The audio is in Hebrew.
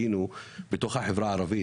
בתוך החברה הערבית,